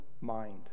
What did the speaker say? mind